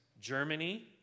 Germany